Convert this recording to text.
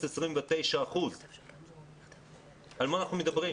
שמהווים 0.029%. על מה אנחנו מדברים?